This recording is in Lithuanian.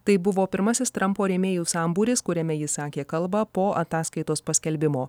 tai buvo pirmasis trampo rėmėjų sambūris kuriame jis sakė kalbą po ataskaitos paskelbimo